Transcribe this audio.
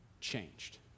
changed